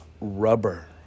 rubber